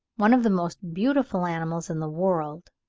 one of the most beautiful animals in the world,